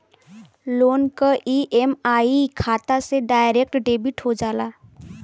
loan क EMI खाता से डायरेक्ट डेबिट हो जाला